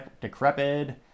decrepit